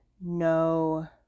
no